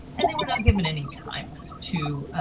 and they were not given any time to